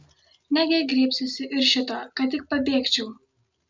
negi griebsiuosi ir šito kad tik pabėgčiau